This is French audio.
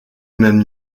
même